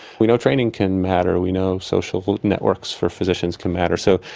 we know training can matter. we know social networks for physicians can matter, so.